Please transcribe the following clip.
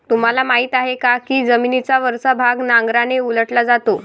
तुम्हाला माहीत आहे का की जमिनीचा वरचा भाग नांगराने उलटला जातो?